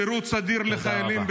את שירות הסדיר לחיילים,